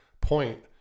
point